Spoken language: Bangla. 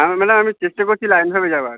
হ্যাঁ ম্যাডাম আমি চেষ্টা করছি লাইনভাবে যাবার